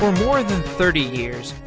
more more than thirty years,